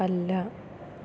അല്ല